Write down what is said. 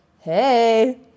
hey